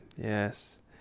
Yes